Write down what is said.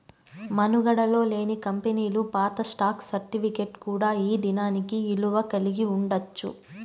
మనుగడలో లేని కంపెనీలు పాత స్టాక్ సర్టిఫికేట్ కూడా ఈ దినానికి ఇలువ కలిగి ఉండచ్చు